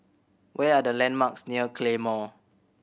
what are the landmarks near Claymore